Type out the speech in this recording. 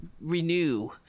renew